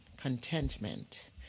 contentment